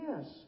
yes